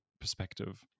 perspective